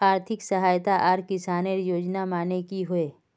आर्थिक सहायता आर किसानेर योजना माने की होय?